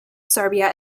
serbia